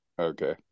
Okay